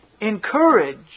Encourage